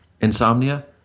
insomnia